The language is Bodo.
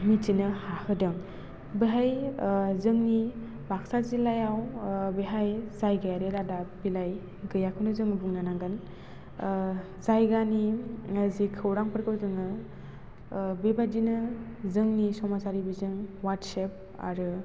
मिथिनो हाहोदों बेहाय जोंनि बाक्सा जिल्लायाव बेहाय जायगारि रादाब बिलाइ गैयाखौनो जों बुंनो नांगोन जायगानि जि खौरांफोरखौ जोङो बे बायदिनो जोंनि समाजारि बिजों वाटसाप आरो